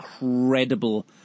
incredible